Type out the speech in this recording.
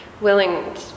willing